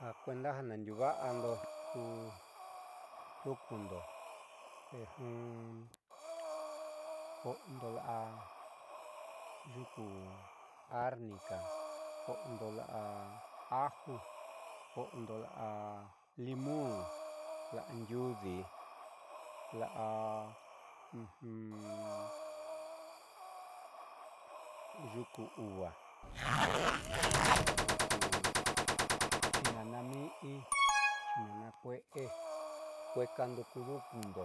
Ja kuenda ja naandiuuva'ando ku duunkuundo koondo la'a yuku arnika ko'ondo la'a aju ko'ondo la'a limón la'a ndiuudii la'a yuku uva yuku chinana mi'i chinana kueé kueekando ku duunkundo